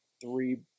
three